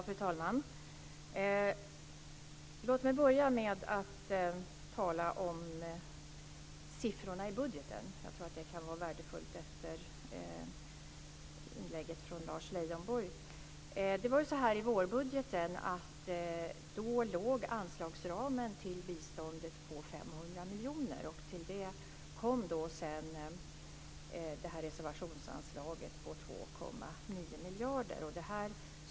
Fru talman! Låt mig börja med att tala om siffrorna i budgeten. Jag tror att det kan vara värdefullt efter inlägget från Lars Leijonborg. I vårbudgeten låg anslagsramen till biståndet på 500 miljoner. Till det kom reservationsanslaget på 2,9 miljarder.